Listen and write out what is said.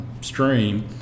stream